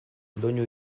doinu